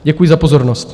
Děkuji za pozornost.